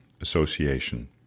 Association